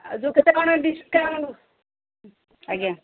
ଆଉ ଯେଉଁ କେତେ କ'ଣ ଡିସ୍କାଉଣ୍ଟ ଆଜ୍ଞା